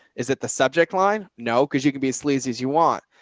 is it the subject line? no. cause you can be a sleazy as you want.